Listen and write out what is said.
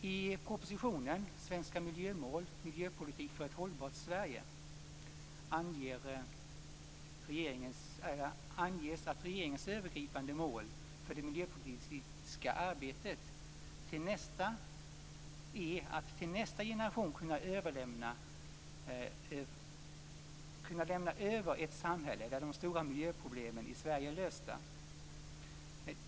I propositionen Svenska miljömål - Miljöpolitik för ett hållbart Sverige, anges att regeringens övergripande mål för det miljöpolitiska arbetet är att till nästa generation kunna lämna över ett samhälle där de stora miljöproblemen i Sverige är lösta.